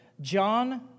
John